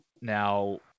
now